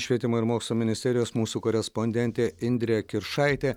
švietimo ir mokslo ministerijos mūsų korespondentė indrė kiršaitė